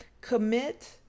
commit